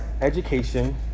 education